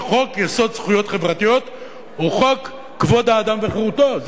שחוק-יסוד: זכויות חברתיות הוא חוק כבוד האדם וחירותו,